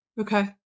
Okay